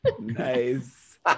Nice